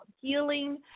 healing